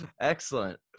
excellent